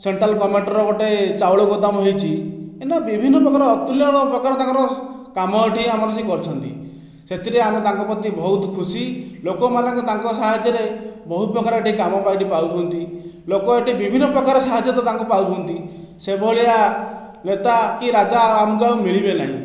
central ଗମେଣ୍ଟର ଗୋଟିଏ ଚାଉଳ ଗୋଦାମ ହୋଇଛି ଏମିତିଆ ବିଭିନ୍ନ ପ୍ରକାରର ଅତୁଲ୍ୟ ପ୍ରକାର ତାଙ୍କର କାମ ଏଠି ଆମର ସେ କରିଛନ୍ତି ସେଥିରେ ଆମେ ତାଙ୍କ ପ୍ରତି ବହୁତ ଖୁସି ଲୋକମାନଙ୍କ ତାଙ୍କ ସାହାଯ୍ୟରେ ବହୁତ ପ୍ରକାର ଏଠି କାମ ଏଠି ପାଉଛନ୍ତି ଲୋକ ଏଠି ବିଭିନ୍ନ ପ୍ରକାରର ସାହାଯ୍ୟ ତ ତାଙ୍କୁ ପାଉଛନ୍ତି ସେଭଳିଆ ନେତା କି ରାଜା ଆମକୁ ଆଉ ମିଳିବେ ନାହିଁ